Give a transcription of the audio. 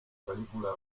película